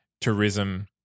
tourism